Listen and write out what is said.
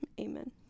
amen